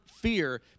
fear